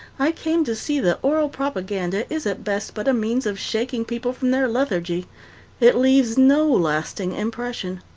i came to see that oral propaganda is at best but a means of shaking people from their lethargy it leaves no lasting impression.